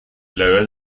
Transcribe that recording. lower